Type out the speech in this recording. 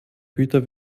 güter